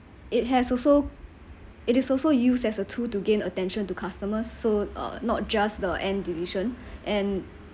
it has also it is also used as a tool to gain attention to customers so uh not just the end decision and